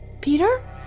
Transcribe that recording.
Peter